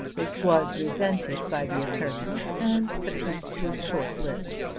this was resented by the attorney, and the peace was short-lived.